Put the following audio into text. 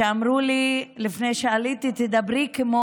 שאמרו לי לפני שעליתי: תדברי כמו